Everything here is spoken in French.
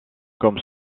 comme